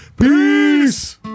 Peace